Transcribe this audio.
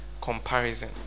comparison